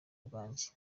bwanjye